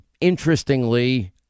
interestingly